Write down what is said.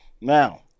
Now